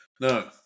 No